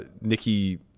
nikki